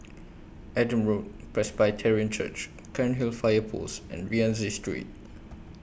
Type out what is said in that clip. Adam Road Presbyterian Church Cairnhill Fire Post and Rienzi Street